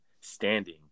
standing